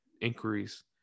inquiries